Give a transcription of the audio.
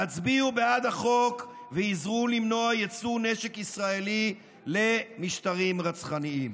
הצביעו בעד החוק ועזרו למנוע יצוא נשק ישראלי למשטרים רצחניים.